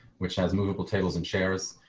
which has movable tables and chairs.